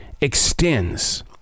extends